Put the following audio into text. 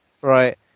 right